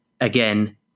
again